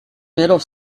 middle